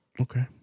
Okay